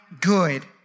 good